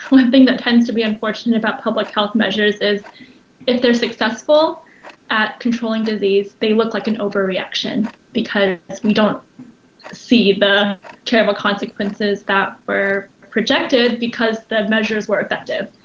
one thing that tends to be unfortunate about public health measures is if they are successful at controlling disease, they look like an overreaction because we don't see the terrible consequences that were projected because the measures were effective.